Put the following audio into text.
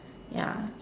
ya